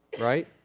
right